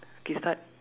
K start